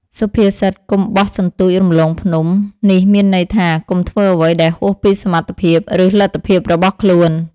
សុភាសិត កុំបោះសន្ទូចរំលងភ្នំ នេះមានន័យថា កុំធ្វើអ្វីដែលហួសពីសមត្ថភាព ឬលទ្ធភាពរបស់ខ្លួន។